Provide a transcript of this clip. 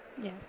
Yes